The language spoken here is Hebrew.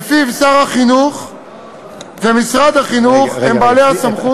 שלפיו שר החינוך ומשרד החינוך הם בעלי הסמכות,